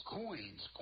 coins